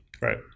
right